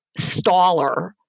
staller